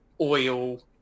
oil